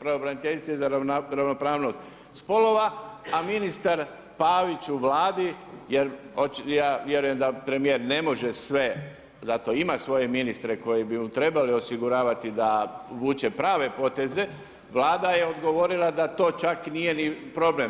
pravobraniteljice za ravnopravnost spolova, a ministar Pavić u Vladi jer ja vjerujem da premijer ne može sve, zato ima svoje ministre koji bi mu trebali osiguravati da vuče prave poteze, Vlada je odgovorila da to čak nije ni problem.